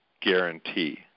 guarantee